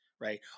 right